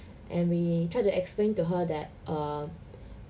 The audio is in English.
and we try to explain to her that um